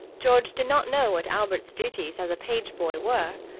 george did not know what albert's duties as a page-boy were,